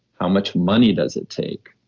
how much money does it take?